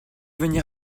venir